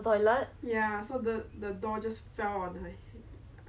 the person inside showering then really very paiseh ah then